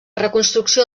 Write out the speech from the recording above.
reconstrucció